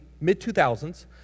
mid-2000s